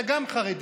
גם אתה חרדי,